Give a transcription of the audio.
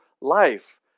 life